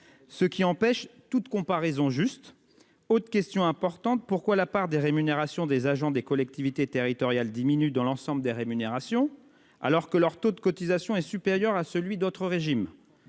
Ce qui empêche toute comparaison juste. Autre question importante pourquoi. La part des rémunérations des agents des collectivités territoriales diminue dans l'ensemble des rémunérations alors que leur taux de cotisation est supérieur à celui d'autres régimes.